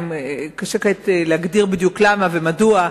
קשה כעת להגדיר בדיוק למה ומדוע,